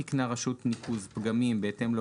התראה לרשות ניקוז על פגמים ועל סמכויות ביצוע 49א.(א)לא